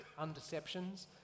Undeceptions